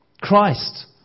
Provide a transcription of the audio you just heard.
Christ